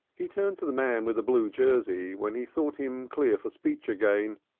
he turned to the man with the blue jersey when he thought him clear for speech again.